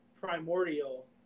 Primordial